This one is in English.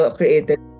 created